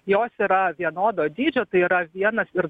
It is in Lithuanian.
jos yra vienodo dydžio tai yra vienas ir